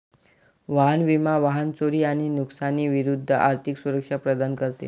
वाहन विमा वाहन चोरी आणि नुकसानी विरूद्ध आर्थिक सुरक्षा प्रदान करते